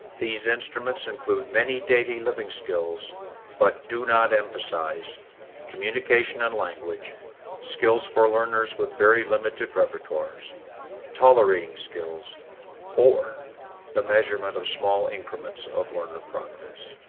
these instruments include many daily living skills but do not emphasize communication and language skills for learners with very limited repertoire so tolerating skills or the measurement of small increments of learner progress